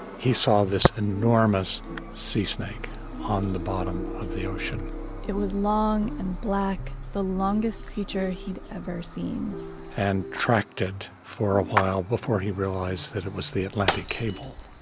he saw this enormous sea snake on the bottom of the ocean it was long and black, the longest creature he'd ever seen and tracked it for a while before he realized that it was the atlantic cable